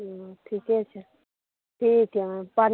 हँ ठीके छै ठीक यऽप्रणाम